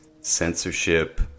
censorship